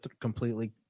completely